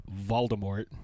Voldemort